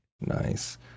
Nice